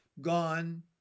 Gone